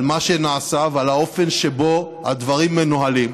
על מה שנעשה ועל האופן שבו הדברים מנוהלים.